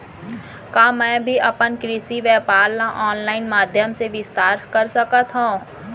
का मैं भी अपन कृषि व्यापार ल ऑनलाइन माधयम से विस्तार कर सकत हो?